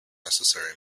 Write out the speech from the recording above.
necessary